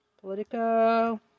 Politico